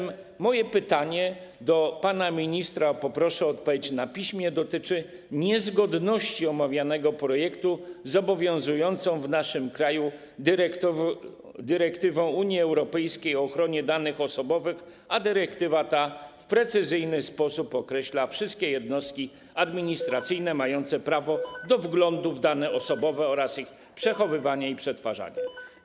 Moje pytanie do pana ministra, poproszę o odpowiedź na piśmie, dotyczy niezgodności omawianego projektu z obowiązującą w naszym kraju dyrektywą Unii Europejskiej o ochronie danych osobowych, która w precyzyjny sposób określa wszystkie jednostki administracyjne mające prawo do wglądu w dane osobowe oraz ich przechowywanie i przetwarzanie.